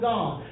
God